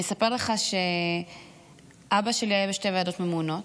אני אספר לך שאבא שלי היה בשתי ועדות ממונות.